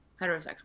heterosexual